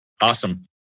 Awesome